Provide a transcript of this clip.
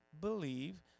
believe